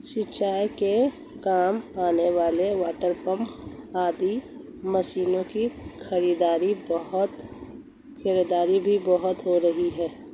सिंचाई के काम आने वाले वाटरपम्प आदि मशीनों की खरीदारी भी बहुत हो रही है